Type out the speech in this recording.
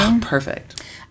perfect